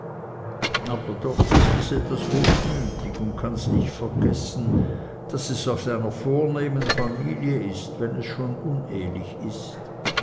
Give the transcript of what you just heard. aber doch ist es etwas hochmütig und kanns nicht vergessen daß es aus einer vornehmen familie ist wenn es schon unehlich ist